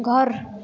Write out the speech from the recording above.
घर